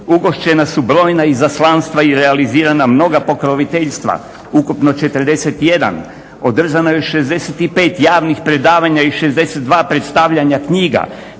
ugošćena su brojna izaslanstva i realizirana mnoga pokroviteljstva - ukupno 41. održano je 65 javnih predavanja i 62 predstavljanja knjiga,